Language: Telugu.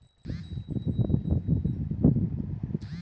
వ్యవసాయ అవసరాల కోసం మోహరించిన రోబోట్లను అగ్రికల్చరల్ రోబోట్ అనవచ్చు